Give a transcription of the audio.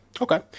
Okay